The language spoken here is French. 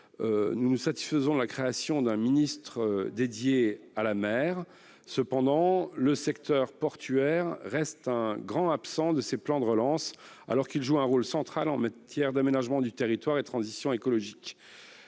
Nous nous félicitons de la création d'un ministère dédié à la mer. Cependant le secteur portuaire reste un grand absent de ces plans de relance, alors qu'il joue un rôle central en matière d'aménagement du territoire et de transition écologique.